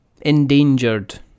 Endangered